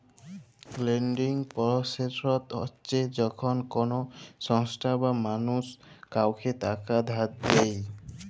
lending process হছে যখল কল সংস্থা বা মালুস কাউকে টাকা ধার দেঁই